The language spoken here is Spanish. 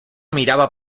miraba